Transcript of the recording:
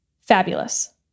fabulous